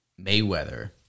Mayweather